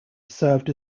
served